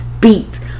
beats